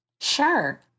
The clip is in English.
Sure